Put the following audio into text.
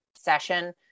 session